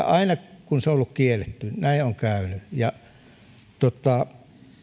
aina kun se on ollut kielletty näin on käynyt ja